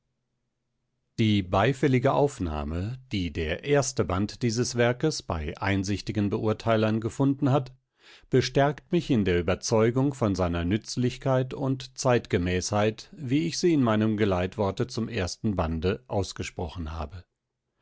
die beifällige aufnahme die der erste band dieses werkes bei einsichtigen beurteilern gefunden hat bestärkt mich in der überzeugung von seiner nützlichkeit und zeitgemäßheit wie ich sie in meinem geleitworte zum ersten bande ausgesprochen habe